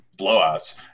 blowouts